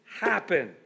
happen